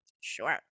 sure